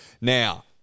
Now